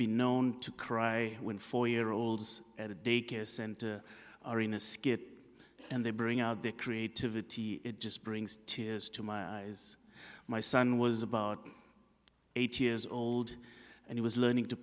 been known to cry when four year olds at a daycare center skip and they bring out their creativity it just brings tears to my eyes my son was about eight years old and he was learning to